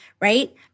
right